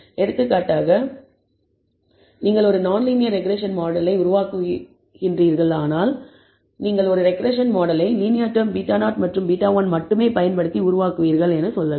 எடுத்துக்காட்டாக நீங்கள் ஒரு நான்லீனியர் ரெக்ரெஸ்ஸன் மாடலை உருவாக்குகிறீர்களானால் நீங்கள் ஒரு ரெக்ரெஸ்ஸன் மாடலை லீனியர் டெர்ம் β0 மற்றும் β1 மட்டும் பயன்படுத்தி உருவாக்குவீர்கள் என சொல்லலாம்